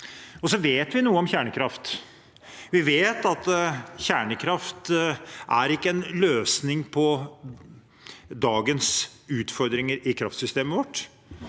Vi vet noe om kjernekraft. Vi vet at kjernekraft ikke er en løsning på dagens utfordringer i kraftsystemet vårt.